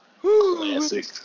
Classic